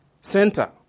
center